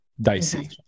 dicey